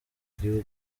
gihugu